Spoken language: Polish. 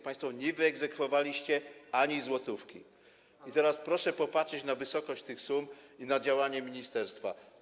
Państwo nie wyegzekwowaliście ani złotówki i teraz proszę popatrzeć na wysokość tych sum i na działanie ministerstwa.